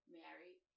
married